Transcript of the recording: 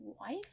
wife